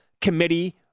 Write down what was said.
committee